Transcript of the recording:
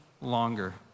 longer